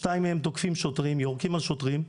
שניים מהם תוקפים שוטרים, יורקים על שוטרים.